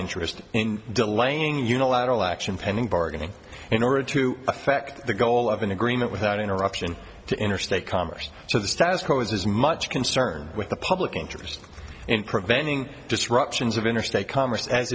interest in delaying unilateral action pending bargaining in order to effect the goal of an agreement without interruption to interstate commerce so the status quo is as much concerned with the public interest in preventing disruptions of interstate co